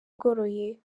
igoroye